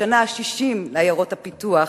בשנה ה-60 לעיירות הפיתוח,